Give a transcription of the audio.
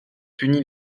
punit